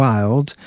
Wild